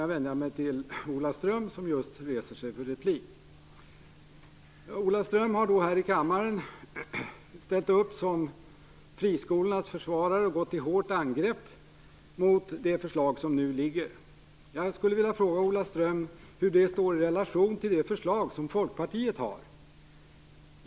Jag vänder mig då till Ola Ström som just reser sig för att begära replik. Ola Ström har här i kammaren ställt upp som friskolornas försvarare och gått till hårt angrepp mot det förslag som nu föreligger. Jag skulle vilja fråga Ola Ström hur det står i relation till det förslag som Folkpartiet har.